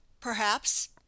Perhaps